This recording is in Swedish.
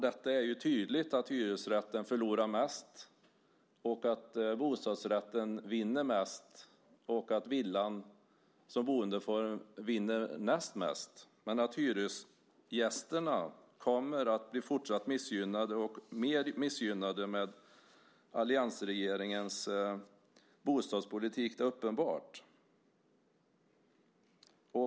Det är tydligt att hyresrätten förlorar mest, att bostadsrätten vinner mest och att villan som boendeform vinner näst mest. Men att hyresgästerna kommer att bli fortsatt missgynnade och mer missgynnade med alliansregeringens bostadspolitik är uppenbart.